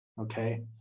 Okay